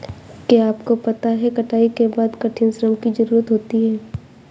क्या आपको पता है कटाई के बाद कठिन श्रम की ज़रूरत होती है?